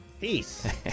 Peace